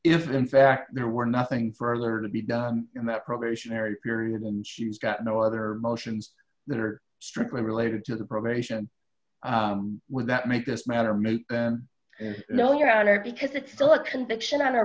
if in fact there were nothing further to be done in that probationary period and she's got no other motions that are strictly related to the probation would that make this matter make no your honor because it's still a conviction on a